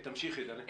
תמשיכי, דלית.